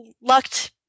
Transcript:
lucked